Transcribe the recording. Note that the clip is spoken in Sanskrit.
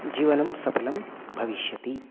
जीवनं सफलं भविष्यति